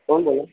કોણ બોલો